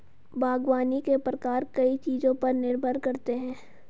बागवानी के प्रकार कई चीजों पर निर्भर करते है